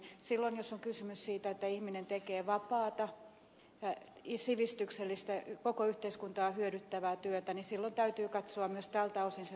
silloin jos on kysymys siitä että ihminen tekee vapaata sivistyksellistä koko yhteiskuntaa hyödyttävää työtä täytyy katsoa myös tältä osin se valtakunnansyyttäjän ohje